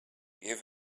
give